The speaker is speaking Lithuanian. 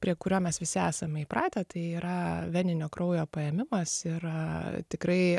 prie kurio mes visi esame įpratę tai yra veninio kraujo paėmimas yra tikrai